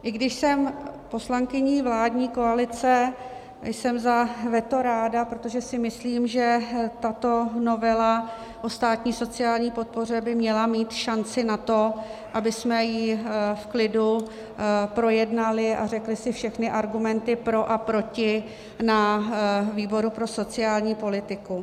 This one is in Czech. I když jsem poslankyní vládní koalice, jsem za veto ráda, protože si myslím, že tato novela o státní sociální podpoře by měla mít šanci na to, abychom ji v klidu projednali a řekli si všechny argumenty pro a proti na výboru pro sociální politiku.